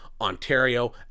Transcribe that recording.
Ontario